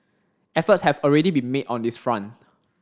efforts have already been made on this front